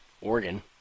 Oregon